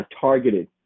targeted